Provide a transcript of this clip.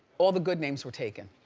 all the good names were taken.